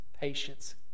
patience